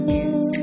News